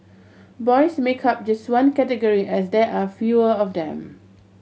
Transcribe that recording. boys make up just one category as there are fewer of them